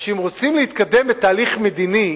שאם רוצים להתקדם בתהליך מדיני